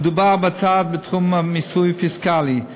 מדובר בהצעה בתחום המיסוי הפיסקלי,